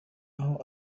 aho